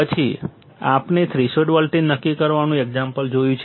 પછી આપણે threshold voltage નક્કી કરવાનું એક્ઝામ્પલ જોયું છે